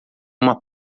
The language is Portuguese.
uma